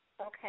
okay